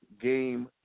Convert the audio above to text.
Game